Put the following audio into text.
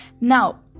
Now